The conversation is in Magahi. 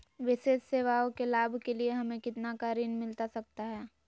विशेष सेवाओं के लाभ के लिए हमें कितना का ऋण मिलता सकता है?